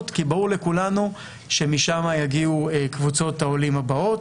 כי ברור לכולנו שמשם יגיעו קבוצות העולים הבאות.